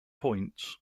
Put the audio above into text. points